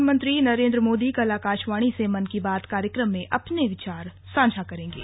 प्रधानमंत्री नरेन्द्र मोदी कल आकाशवाणी से मन की बात कार्यक्रम में अपने विचार साझा करेंगे